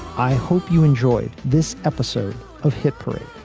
i hope you enjoyed this episode of hit parade.